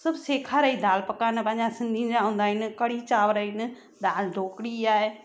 सब सेखारियो दालि पकवान पंहिंजा सिंधियुनि जा हूंदा आहिनि कढ़ी चांवर आहिनि दालि ढोकड़ी आहे